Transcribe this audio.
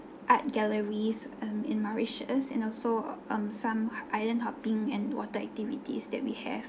art galleries um and mauritius and also um some island hopping and water activities that we have